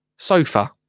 Sofa